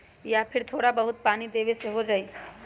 या फिर थोड़ा बहुत पानी देबे से हो जाइ?